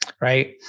Right